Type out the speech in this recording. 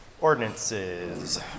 ordinances